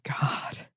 God